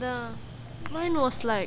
அதான்:athan mine was like